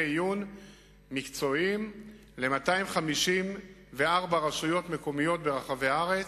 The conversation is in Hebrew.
עיון מקצועיים ל-254 רשויות מקומיות ברחבי הארץ,